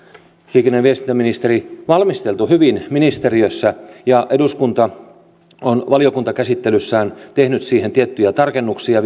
liikenne ja viestintäministeri valmisteltu hyvin ministeriössä ja eduskunta on valiokuntakäsittelyssään tehnyt siihen vielä tiettyjä tarkennuksia